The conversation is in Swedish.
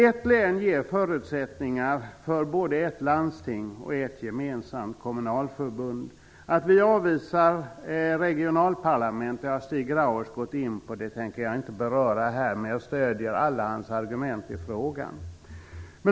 Ett enda län ger förutsättningar för både ett landsting och ett gemensamt kommunalförbund. Att vi avvisar ett regionalparlament har Stig Grauers gått in på. Därför tänker jag inte beröra det. Jag vill bara säga att jag stöder alla hans argument i frågan.